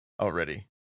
already